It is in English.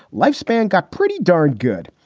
lifespan got pretty darn good.